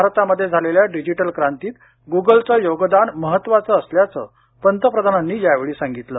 भारतामध्ये झालेल्या डिजिटल क्रांतीत गुगलचं योगदान महत्त्वाचं असल्याचं पंतप्रधानांनी या वेळी सांगितलं